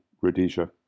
Rhodesia